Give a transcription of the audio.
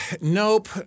nope